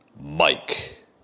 Mike